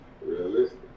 realistic